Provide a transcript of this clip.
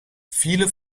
viele